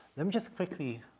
let me just quickly